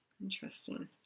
interesting